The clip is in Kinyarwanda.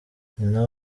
nyina